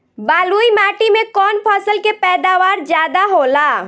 बालुई माटी में कौन फसल के पैदावार ज्यादा होला?